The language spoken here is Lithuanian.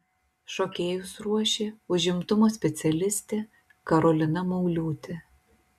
šokėjus ruošė užimtumo specialistė karolina mauliūtė